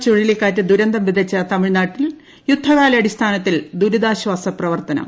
ഗജ ചുഴലിക്കാറ്റ് ദൂരന്തം വിതച്ച തമിഴ്നാട്ടിൽ യുദ്ധകാല അടിസ്ഥാനത്തിൽ ദുരിതാശ്ചാസ പ്രവർത്തനം